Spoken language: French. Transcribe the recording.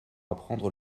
apprendre